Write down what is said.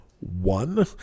one